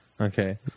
okay